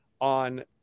on